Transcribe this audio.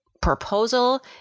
proposal